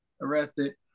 arrested